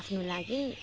आफ्नो लागि